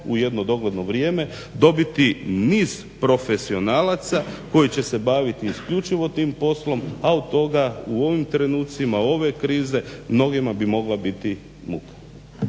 u jedno dogledno vrijeme dobiti niz profesionalaca koji će se baviti isključivo tim poslom a od toga u ovim trenucima ove krize mnogima bi mogla biti muka.